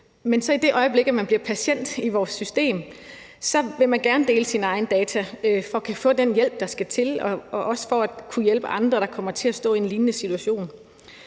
Men i det øjeblik, man så bliver patient i vores system, vil man gerne dele sine egne data for at kunne få den hjælp, der skal til, og også for at kunne hjælpe andre, der kommer til at stå i en lignende situation.